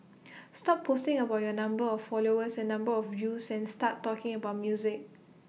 stop posting about your number of followers and number of views and start talking about music